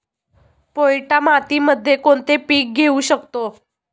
पोयटा मातीमध्ये कोणते पीक घेऊ शकतो?